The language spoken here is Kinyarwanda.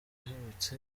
uherutse